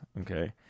Okay